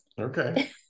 Okay